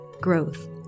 growth